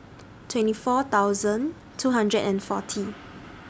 twenty four thousand two hundred and forty